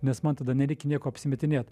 nes man tada nereikia nieko apsimetinėt